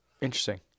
Interesting